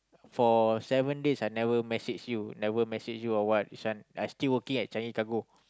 for seven days I never message you never message you or what this one I still working at Changi cargo